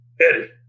Eddie